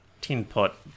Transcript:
tin-pot